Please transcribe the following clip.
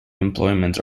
employment